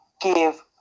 Give